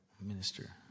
Minister